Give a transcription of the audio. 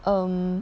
um